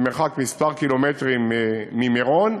במרחק כמה קילומטרים ממירון,